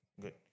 Good